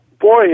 Boy